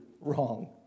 wrong